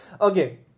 Okay